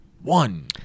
One